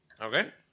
Okay